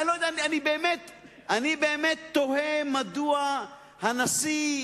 אני באמת תוהה מדוע הנשיא,